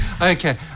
Okay